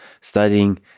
studying